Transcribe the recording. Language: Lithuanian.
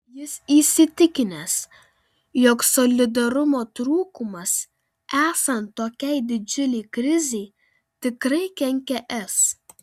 jis įsitikinęs jog solidarumo trūkumas esant tokiai didžiulei krizei tikrai kenkia es